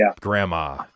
grandma